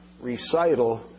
recital